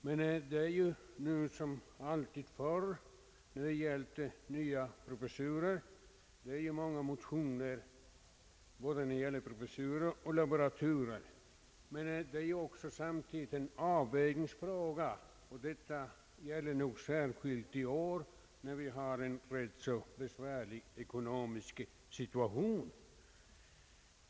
När det gäller inrättandet av nya professurer och även laboraturer har det nu som alltid väckts många motioner. Samtidigt har vi att göra med en avvägningsfråga, och detta gäller nog särskilt i år då vi har en rätt så besvärlig ekonomisk situation.